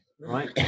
Right